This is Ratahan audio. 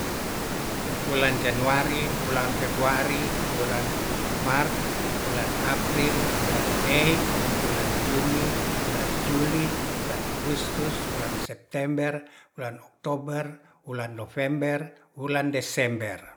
Wulan januari wulan februari wulan mart wulan april wulan mei wulain juni wulan juli wulan agustus wulan september wulan okteber wulan november wulan desember